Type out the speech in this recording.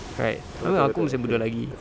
right I mean aku masih muda lagi